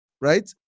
right